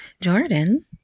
Jordan